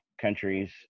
countries